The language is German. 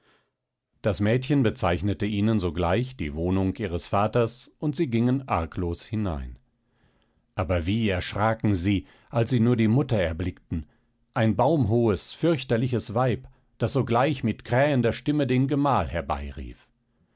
das mädchen bezeichnete ihnen sogleich die wohnung ihres vaters und sie gingen arglos hinein aber wie erschraken sie als sie nur die mutter erblickten ein baumhohes fürchterliches weib das sogleich mit krähender stimme den gemahl